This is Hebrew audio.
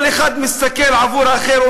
כל אחד מסתכל אל האחר,